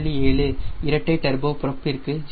7 இரட்டை turbo prop ற்கு 0